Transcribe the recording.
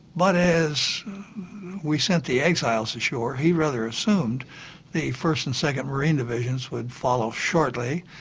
but as we sent the exiles ashore, he rather assumed the first and second marine divisions would follow shortly,